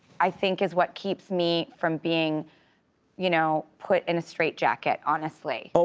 i think, is what keeps me from being you know put in a straight jacket, honestly. oh,